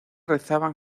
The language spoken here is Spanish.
rezaban